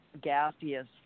gaseous